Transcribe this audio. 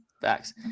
Facts